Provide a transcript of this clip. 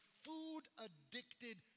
Food-addicted